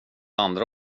andra